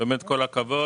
כל הכבוד.